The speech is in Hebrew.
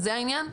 זה העניין?